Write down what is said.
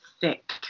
thick